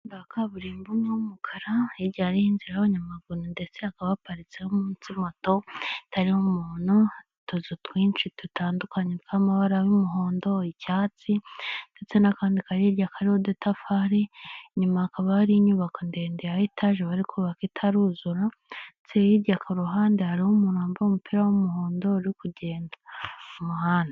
Umuhanda wa kaburimbo w'umukara, hirya hariyo inzira y'abanyamaguru ndetse hakaba haritseyo munsi moto itariho umuntu, utuzu twinshi dutandukanye tw'amabara y'umuhondo, icyatsi ndetse n'akandi kari hirya kariho udutafari, inyuma hakaba hari inyubako ndende ya etaje bari kubaka itaruzura ndetse hirya ku ruhande hariyo umuntu wambaye umupira w'umuhondo, uri kugenda mu muhanda.